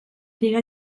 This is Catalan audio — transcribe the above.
figa